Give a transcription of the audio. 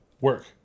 work